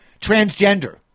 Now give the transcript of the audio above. transgender